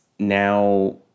Now